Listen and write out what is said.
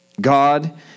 God